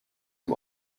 dem